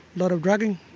lot of drugging,